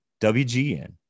wgn